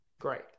Great